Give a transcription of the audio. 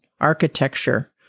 architecture